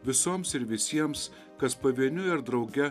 visoms ir visiems kas pavieniui ar drauge